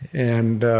and